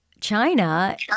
China